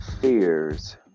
fears